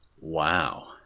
Wow